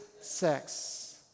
sex